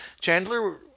Chandler